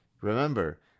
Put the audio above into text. Remember